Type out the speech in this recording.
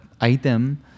item